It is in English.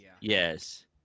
Yes